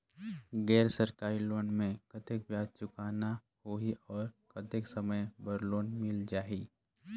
गैर सरकारी लोन मे कतेक ब्याज चुकाना होही और कतेक समय बर लोन मिल जाहि?